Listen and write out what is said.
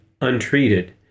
untreated